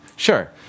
Sure